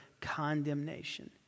condemnation